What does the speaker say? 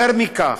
יותר מכך,